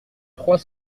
trois